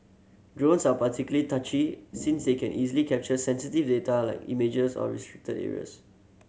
drones are particularly touchy since they can easily capture sensitive data like images of restricted areas